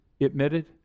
admitted